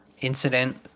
incident –